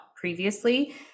previously